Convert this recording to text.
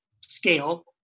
scale